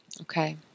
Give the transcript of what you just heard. Okay